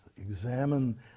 Examine